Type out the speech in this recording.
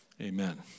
Amen